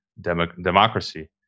democracy